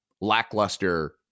lackluster